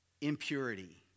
impurity